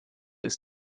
ist